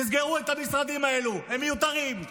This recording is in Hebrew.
תסגרו את המשרדים האלה, הם מיותרים.